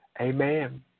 Amen